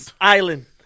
Island